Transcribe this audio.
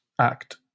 act